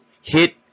hit